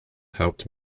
helped